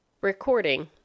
Recording